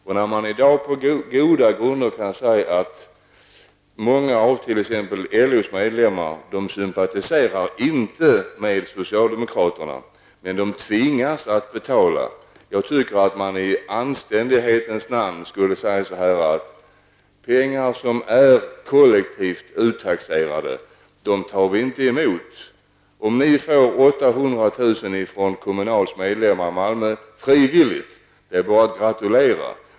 I dag kan man på goda grunder säga att många av LOs medlemmar inte sympatiserar med socialdemokraterna, men de tvingas ändå att betala. Jag tycker att man i anständighetens namn skulle säga att pengar som är kollektivt uttaxerade inte tas emot av partiet. Om partiet får 800 000 kr. som frivilligt skänks av Kommunals medlemmar i Malmö kan man bara gratulera.